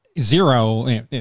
zero